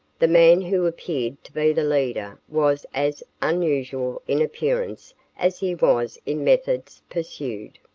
the man who appeared to be the leader was as unusual in appearance as he was in methods pursued.